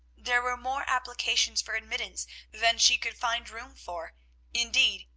there were more applications for admittance than she could find room for indeed,